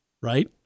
right